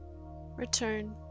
Return